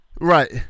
Right